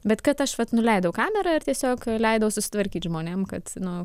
bet kad aš vat nuleidau kamerą ir tiesiog leidau susitvarkyt žmonėm kad nu